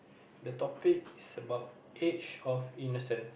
the topic is about age of innocent